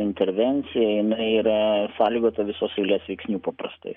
intervencija jinai yra sąlygota visos eilės veiksnių paprastai